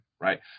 right